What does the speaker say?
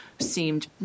seemed